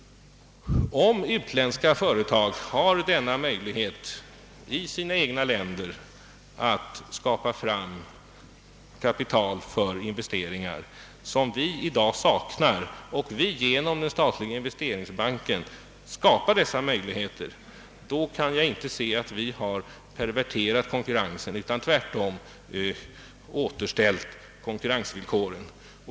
Om utländska företag har denna möjlighet att i sina hemländer skapa kapital för investeringar, en möjlighet som vi i dag saknar och som vi vill skapa med denna statliga investeringsbank, då kan jag inte se att vi har perverterat konkurrensen utan vi har tvärtom återställt konkurrensvillkoren.